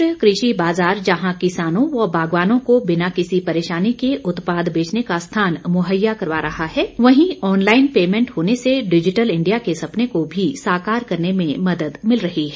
राष्ट्रीय कृषि बाजार जहां किसानों व बागवानों को बिना किसी परेशनी के उत्पाद बेचने का स्थान मुहैया करवा रहा है वहीं ऑनलाईन पेमैंट होने से डिजीटल इण्डिया के सपने को भी साकार करने में मदद मिल रही है